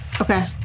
Okay